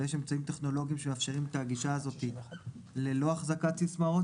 יש אמצעים טכנולוגיים שמאפשרים את הגישה הזאת ללא החזקת סיסמאות.